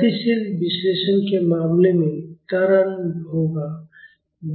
गतिशील विश्लेषण के मामले में त्वरण होगा